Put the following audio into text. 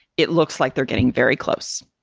it looks like they're getting very close